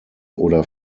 oder